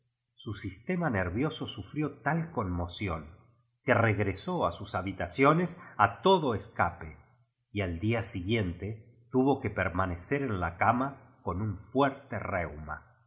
su sistema nervioso sufrió tal conmoción que regresó a sus habitaciones n todo escape y al día siguiente tuvo que permanecer en la cama con un fuerte reuma